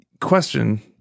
question